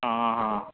ହଁ ହଁ